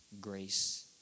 grace